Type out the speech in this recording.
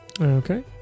Okay